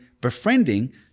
befriending